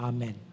Amen